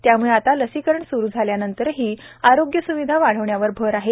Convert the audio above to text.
त्याम्ळे आता लसीकरण स्रु झाल्यानंतरही आरोग्य स्विधा वाढविणाऱ्यावर भर आहे